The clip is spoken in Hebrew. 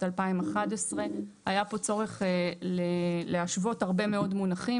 2011. היה פה צורך להשוות הרבה מאוד מונחים.